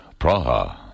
Praha